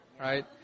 right